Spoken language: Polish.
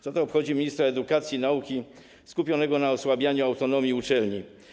Co to obchodzi ministra edukacji i nauki skupionego na osłabianiu autonomii uczelni?